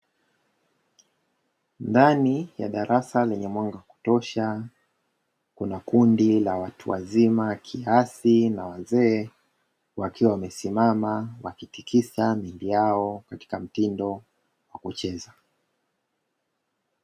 Ndani ya darasa lenye mwanga wa kutosha, kuna kundi la watu wazima wakiasi na wazee wakiwa wamesimama wakitikisa miili yao katika mtindo wa kucheza.